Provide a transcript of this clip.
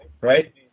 right